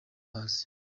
hasi